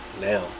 Now